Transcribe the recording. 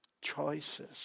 choices